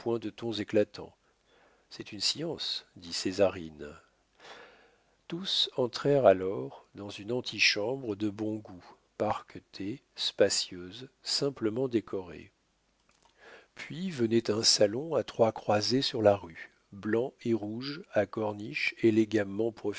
de tons éclatants c'est une science dit césarine tous entrèrent alors dans une antichambre de bon goût parquetée spacieuse simplement décorée puis venait un salon à trois croisées sur la rue blanc et rouge à corniches élégamment